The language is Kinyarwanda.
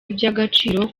iby’agaciro